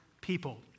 people